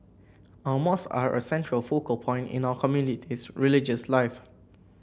our mosque are a central focal point in our community is religious life